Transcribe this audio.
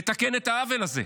לתקן את העוול הזה.